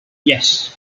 yes